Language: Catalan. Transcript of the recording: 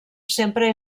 sempre